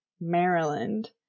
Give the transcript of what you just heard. Maryland